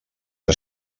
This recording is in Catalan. que